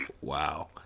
Wow